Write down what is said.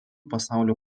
pasaulio